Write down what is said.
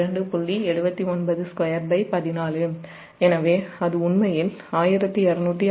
79214 எனவே அது உண்மையில் 1259